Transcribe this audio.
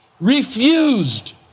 refused